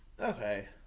okay